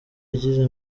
yagize